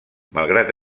malgrat